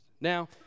Now